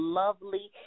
lovely